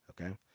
okay